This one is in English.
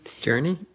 Journey